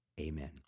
amen